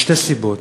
משתי סיבות: